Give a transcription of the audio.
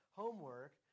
homework